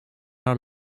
our